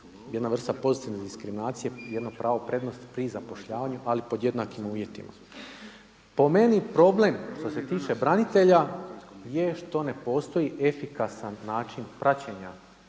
jedna vrsta pozitivne diskriminacije, jedno pravo prednosti pri zapošljavanju ali pod jednakim uvjetima. Po meni problem što se tiče branitelja je što ne postoji efikasan način praćenja